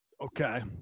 Okay